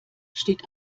steht